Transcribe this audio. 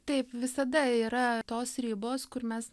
taip visada yra tos ribos kur mes